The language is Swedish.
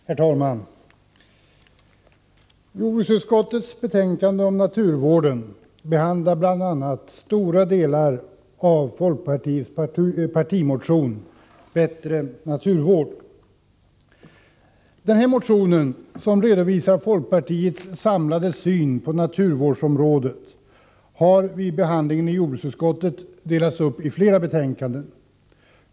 Herr talman! Jordbruksutskottets betänkande om naturvården behandlar bl.a. stora delar av folkpartiets partimotion ”Bättre naturvård”. Denna motion, som redovisar folkpartiets samlade syn på naturvårdsområdet, har vid behandlingen i jordbruksutskottet delats upp i flera betänkanden.